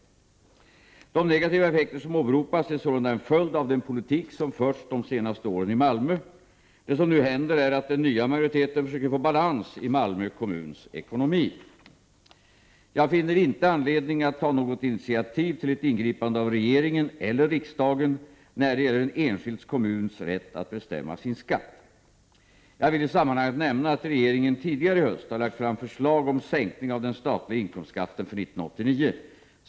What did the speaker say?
send S 2 a - munalskattehöjning i De negativa effekter som åberopas är sålunda en följd av den politik som Malmö förts de senaste åren i Malmö. Det som nu händer är att den nya majoriteten försöker få balans i Malmö kommuns ekonomi. Jag finner inte anledning att ta något initiativ till ett ingripande av regeringen eller riksdagen när det gäller en enskild kommuns rätt att bestämma sin skatt. Jag vill i sammanhanget nämna att regeringen tidigare i höst har lagt fram förslag om sänkning av den statliga inkomstskatten för 1989.